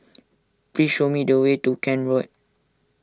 please show me the way to Kent Road